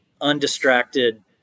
undistracted